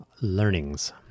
learnings